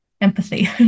empathy